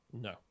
No